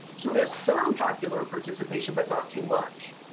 so it has some popular participation, but not too much.